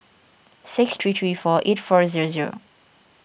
six three three four eight four zero zero